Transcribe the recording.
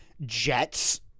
jets